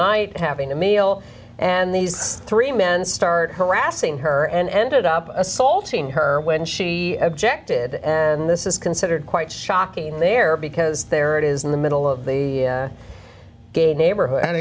night having a meal and these three men start harassing her and ended up assaulting her when she objected and this is considered quite shocking there because there it is in the middle of the gay neighborhood and